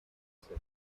sister